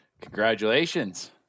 Congratulations